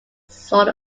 sort